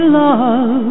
love